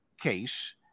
case